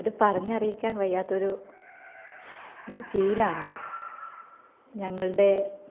അത് പറിഞ്ഞറിയിക്കാൻ വയ്യാത്തൊരു ഫീൽ ആണത് ഞങ്ങളുടെ